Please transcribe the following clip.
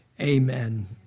Amen